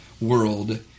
world